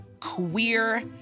queer